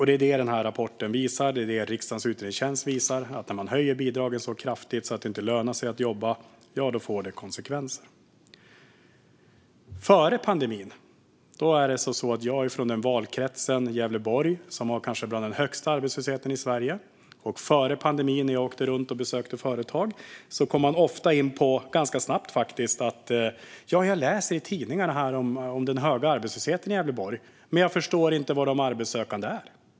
Det är det som den här rapporten visar. Och det är det som riksdagens utredningstjänst visar. När man höjer bidragen så kraftigt att det inte lönar sig att jobba får det konsekvenser. Jag representerar valkretsen Gävleborg, som har kanske bland den högsta arbetslösheten i Sverige. Före pandemin, när jag åkte runt och besökte företag, kom man ofta och faktiskt ganska snabbt in på att man hade läst i tidningarna om den höga arbetslösheten, men man förstod inte var de arbetssökande var.